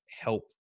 help